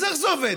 אז איך זה עובד?